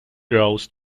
rose